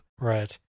right